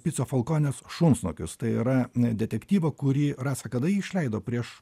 pico folkonės šunsnukius tai yra detektyvą kurį rasa kada jį išleido prieš